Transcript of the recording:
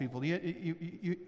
people